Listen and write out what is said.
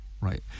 Right